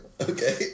Okay